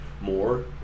more